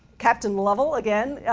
captain lovell, again,